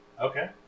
Okay